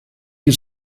die